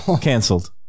cancelled